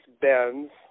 bends